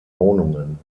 wohnungen